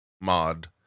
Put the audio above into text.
mod